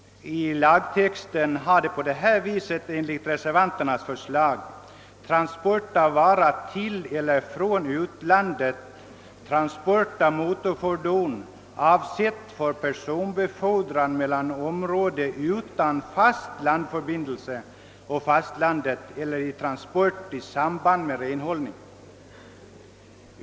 Enligt reservanterna bör lagtexten lyda på följande sätt: »——— transport av vara till eller från utlandet, transport av motorfordon, avsett för personbefordran mellan område utan fast landförbindelse och fastlandet, eller transport i samband med renhållning ———».